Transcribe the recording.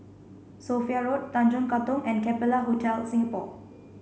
Sophia Road Tanjong Katong and Capella Hotel Singapore